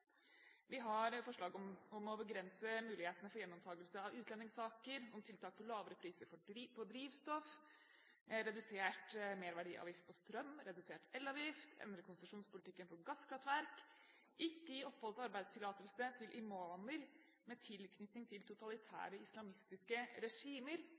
Vi har forslag om å begrense mulighetene for gjenopptakelse av utlendingssaker, tiltak for lavere priser på drivstoff, redusert merverdiavgift på strøm, redusert elavgift, endre konsesjonspolitikken for gasskraftverk, ikke gi oppholds- og arbeidstillatelse til imamer med tilknytning til totalitære islamistiske regimer,